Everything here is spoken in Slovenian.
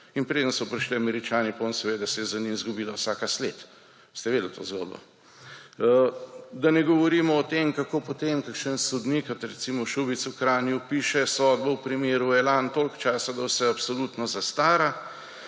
in preden so prišli Američani ponj, se je za njim seveda izgubila vsaka sled. Ste poznali to zgodbo? Da ne govorimo o tem, kako potem kakšen sodnik, kot recimo Šubic v Kranju, piše sodbo v primeru Elan, toliko časa, da se vse absolutno zastara,